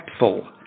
impactful